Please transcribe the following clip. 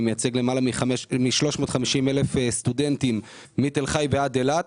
אני מייצג למעלה מ-350,000 סטודנטים מתל חי ועד אילת.